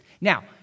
Now